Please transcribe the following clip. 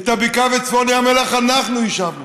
את הבקעה ואת צפון ים המלח אנחנו יישבנו,